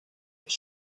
his